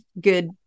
good